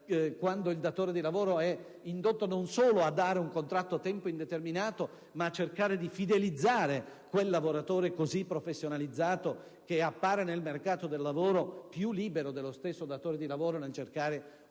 quando il datore di lavoro è indotto non solo a dare un contratto a tempo indeterminato, ma a cercare di fidelizzare quel lavoratore così professionalizzato che appare nel mercato del lavoro più libero dello stesso datore di lavoro nel cercare un'altra